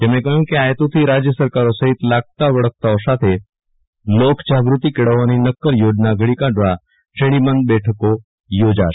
તેમણે ક હ્યુ કે આ હે તુથી રા જય સરકારો સહિત લાગતા વળગતાઓ સાથે લોક જાગ તિ કેળવવા નક્કર યોજના ઘડી કાઢવા શ્રેણી બધ્ધ બેઠકો યોજાશે